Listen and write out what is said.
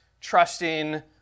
trusting